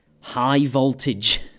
high-voltage